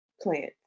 plants